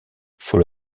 faut